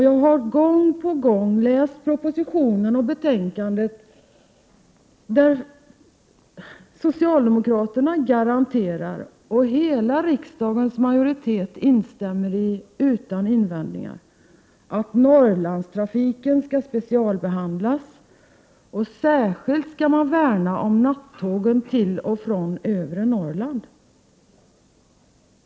Jag har gång på gång läst propositionen och betänkandet, där socialdemokraterna garanterar — och hela riksdagens majoritet instämmer utan invändningar — att Norrlandstrafiken skall specialbehandlas, och man skall särskilt värna om nattågen till och från övre Norrland.